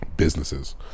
businesses